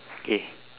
okay